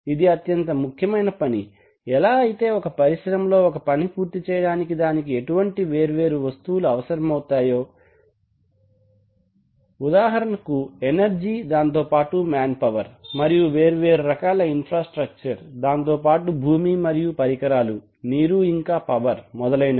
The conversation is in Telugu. ఇది అత్యంత ముఖ్యమైన పని ఎలా అయితే ఒక పరిశ్రమలో ఒక పని పూర్తి చేయడానికి దానికి ఎటువంటి వేర్వేరు వస్తువులు అవసరమవుతాయో ఉదాహరణకు ఎనర్జీ దాంతోపాటు మ్యాన్ పవర్ మరియు వేర్వేరు రకాల ఇన్ఫ్రాస్ట్రక్చర్ దాంతోపాటు భూమి మరియు పరికరాలు నీరు ఇంకా పవర్ మొదలైనవి